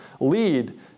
lead